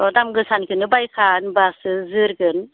ओह दाम गोसानिखौनो बायखा होमबासो जोरगोन